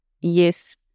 yes